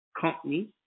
company